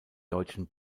deutschen